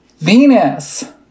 Venus